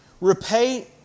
Repay